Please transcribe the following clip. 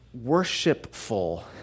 worshipful